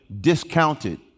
discounted